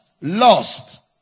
Lost